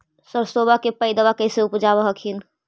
सरसोबा के पायदबा कैसे उपजाब हखिन?